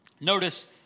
Notice